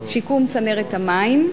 שיקום צנרת המים,